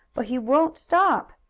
but he won't stop.